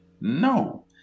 No